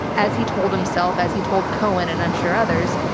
as he told himself, as he told cohen, and i'm sure others,